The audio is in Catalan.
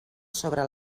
sobre